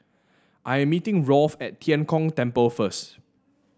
I am meeting Rolf at Tian Kong Temple first